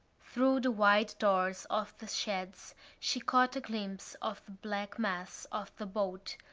through the wide doors of the sheds she caught a glimpse of the black mass of the boat,